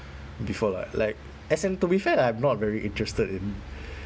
before like like as in to be fair lah I'm not very interested in